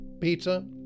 Peter